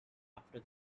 after